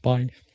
Bye